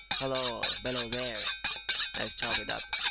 halloa! below there i started up,